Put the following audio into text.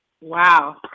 Wow